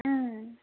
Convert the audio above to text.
ओं